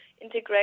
integrate